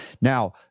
Now